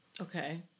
okay